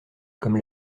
comme